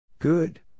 Good